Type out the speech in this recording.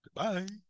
goodbye